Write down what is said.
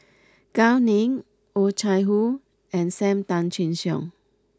Gao Ning Oh Chai Hoo and Sam Tan Chin Siong